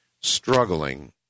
Struggling